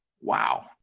wow